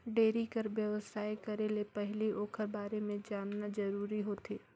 dairy कर बेवसाय करे ले पहिली ओखर बारे म बने जानना जरूरी होथे